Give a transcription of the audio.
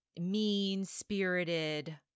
mean-spirited